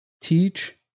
teach